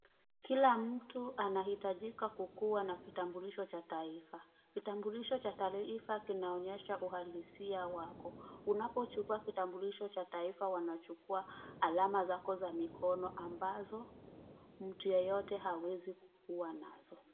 Kila mtu anahitajika kukuwa na kitambulisho cha taifa. Kitambulisho cha taifa kinaonyesha uhalisia wako. Unapochukua kitambulisho cha taifa wanachukua alama zako za mikono ambazo mtu yeyote hawezi kukuwa nazo.